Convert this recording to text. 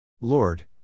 Lord